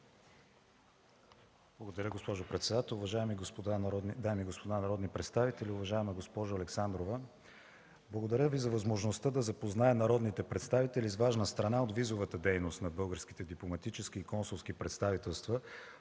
Благодаря, госпожо председател. Уважаеми дами и господа народни представители! Уважаема госпожо Александрова, благодаря Ви за възможността да запозная народните представители с важна страна от визовата дейност на българските дипломатически и консулски представителства,